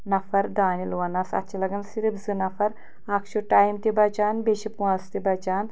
نفر دانہِ لونٛنَس اَتھ چھِ لَگان صِرف زٕ نفر اَکھ چھُ ٹایِم تہِ بَچان بیٚیہِ چھِ پونٛسہٕ تہِ بَچان